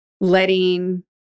letting